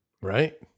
Right